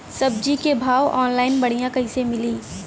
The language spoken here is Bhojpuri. सब्जी के भाव ऑनलाइन बढ़ियां कइसे मिली?